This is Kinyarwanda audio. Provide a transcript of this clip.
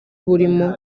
burimo